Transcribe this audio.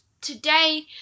Today